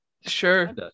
Sure